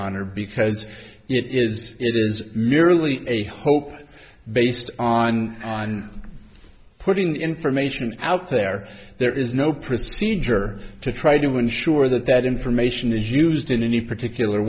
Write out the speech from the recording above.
honor because it is it is merely a hope based on putting information out there there is no procedure to try to ensure that that information is used in any particular